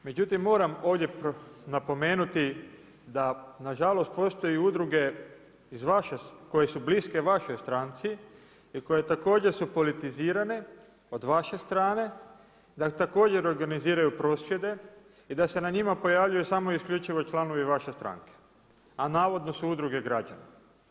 Međutim moram ovdje napomenuti da nažalost postoje udruge koje su bliske vašoj stranice i koje su također politizirane od vaše strane, da također organiziraju prosvjede i da se na njima pojavljuju samo isključivo članovi vaše stranke, a navodno su udruge građana.